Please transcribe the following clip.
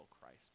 Christ